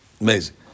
Amazing